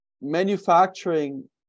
manufacturing